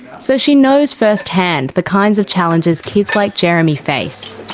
so she knows firsthand the kinds of challenges kids like jeremy face.